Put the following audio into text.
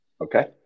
Okay